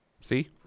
See